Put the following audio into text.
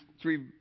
three